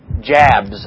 jabs